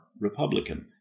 Republican